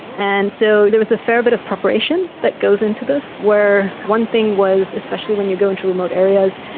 and so there was a fair bit of preparation that goes into this where one thing was, especially when you go into remote areas,